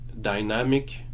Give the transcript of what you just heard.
dynamic